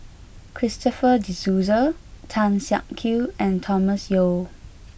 Christopher De Souza Tan Siak Kew and Thomas Yeo